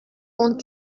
und